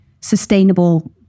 sustainable